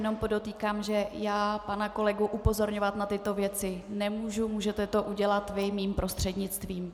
Jenom podotýkám, že já pana kolegu upozorňovat na tyto věci nemůžu, můžete to udělat vy mým prostřednictvím.